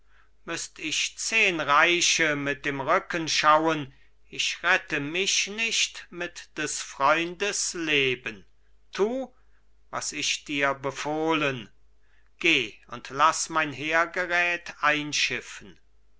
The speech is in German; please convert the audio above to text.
müßt ich zehn reiche mit dem rücken schauen ich rette mich nicht mit des freundes leben tu was ich dir befohlen geh und laß mein heergerät einschiffen